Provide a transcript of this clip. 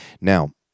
Now